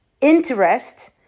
interest